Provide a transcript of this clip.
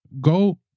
Go